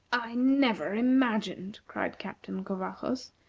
i never imagined, cried captain covajos,